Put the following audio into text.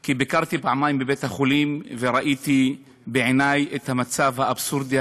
כי ביקרתי פעמיים בבית-החולים וראיתי בעיני את המצב האבסורדי,